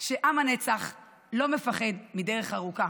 שעם הנצח לא מפחד מדרך ארוכה.